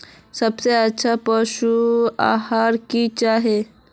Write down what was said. सबसे अच्छा पशु आहार की होचए?